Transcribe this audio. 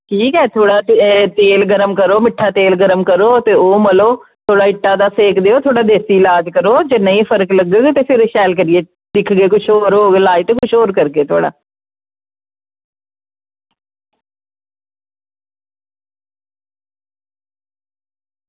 ठीक ऐ थोह्ड़ा तेल गर्म करो मिट्ठा तेल गर्म करो ते ओह् मलो थोह्ड़ा इट्टा दा सेक देओ थोह्ड़ा देसी ईलाज करो ते जेकर नेईं फर्क लग्गे ते तुस शैल करियै करो ते दिक्खो ते अगर किश होर होग थुआढ़े लायक ते किश होर करगे थुआढ़ा